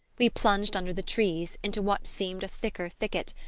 we plunged under the trees, into what seemed a thicker thicket,